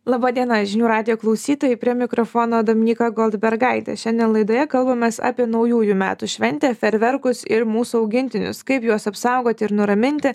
laba diena žinių radijo klausytojai prie mikrofono dominyka goldbergaitė šiandien laidoje kalbamės apie naujųjų metų šventę fejerverkus ir mūsų augintinius kaip juos apsaugoti ir nuraminti